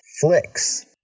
flicks